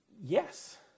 Yes